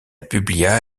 publia